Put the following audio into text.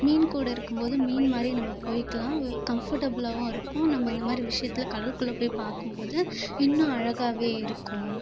மீன் கூட இருக்கும் போது மீன் மாதிரியே நம்ம போய்க்கலாம் கம்ஃபர்டபுளாவும் இருக்கும் நம்ம இந்த மாதிரி விஷயத்த கடலுக்குள்ள போய் பார்க்கும் போது இன்றும் அழாகவே இருக்கும்